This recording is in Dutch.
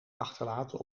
achterlaten